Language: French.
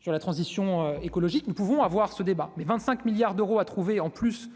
Sur la transition écologique ne pouvons avoir ce débat, mais 25 milliards d'euros à trouver en plus